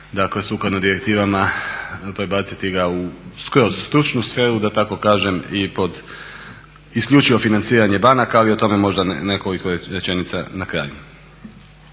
dakle sukladno direktivama, prebaciti ga u skroz stručnu sferu da tako kažem i pod isključivo financiranje banaka, ali o tome možda nekoliko rečenica na kraju.